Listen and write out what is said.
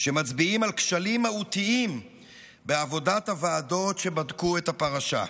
שמצביעים על כשלים מהותיים בעבודת הוועדות שבדקו את הפרשה.